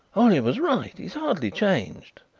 hollyer was right he is hardly changed.